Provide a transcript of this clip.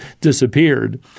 disappeared